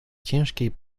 ciężkiej